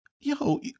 yo